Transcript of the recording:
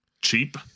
cheap